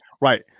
Right